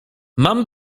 mam